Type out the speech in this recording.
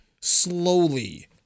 slowly